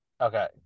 Okay